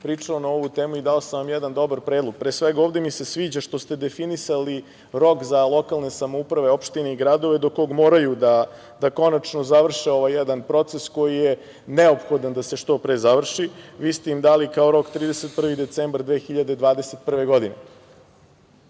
pričao na ovu temu i dao sam vam jedan dobar predlog. Pre svega, ovde mi se sviđa što ste definisali rok za lokalne samouprave, opštine i gradove do kog moraju da konačno završe ovaj jedan proces koji je neophodan da se što pre završi. Vi ste im dali kao rok 31. decembar 2021. godine.